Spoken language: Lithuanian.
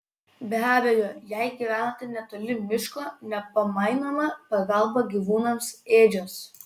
be abejo jei gyvenate netoli miško nepamainoma pagalba gyvūnams ėdžios